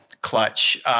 Clutch